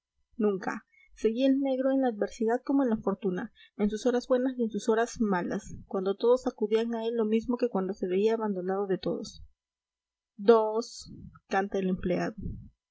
nunca seguí el negro en la adversidad como en la fortuna en sus horas buenas y en sus horas malas cuando todos acudían a él lo mismo que cuando se veía abandonado de todos dos canta el empleado